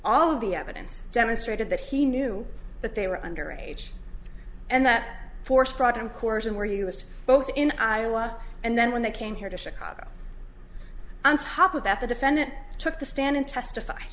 of the evidence demonstrated that he knew that they were under age and that forced brought him course and where you list both in iowa and then when they came here to chicago on top of that the defendant took the stand and testif